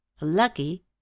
Lucky